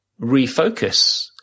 refocus